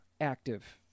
active